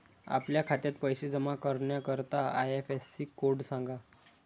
आपल्या खात्यात पैसे जमा करण्याकरता आय.एफ.एस.सी कोड सांगा